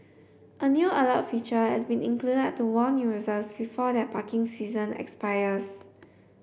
a new alert feature has been included to warn users before their parking session expires